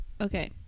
Okay